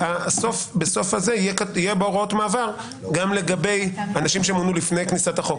בסוף יהיו הוראות מעבר גם לגבי אנשים שמונו לפני כניסת החוק.